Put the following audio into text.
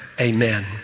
Amen